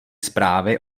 zprávy